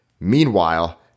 Meanwhile